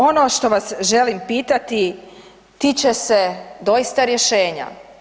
Ono što vas želim pitati tiče se doista rješenja.